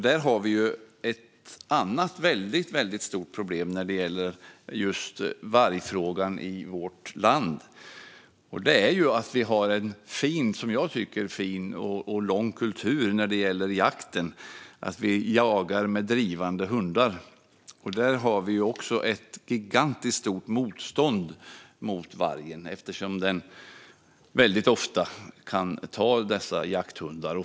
Där har vi ett annat väldigt stort problem när det gäller vargfrågan i vårt land, nämligen att vi har en lång och, som jag tycker, fin kultur när det gäller jakten: Vi jagar med drivande hundar. Där har vi ett gigantiskt motstånd mot vargen eftersom den väldigt ofta kan ta dessa jakthundar.